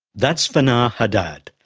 that's fanar haddad,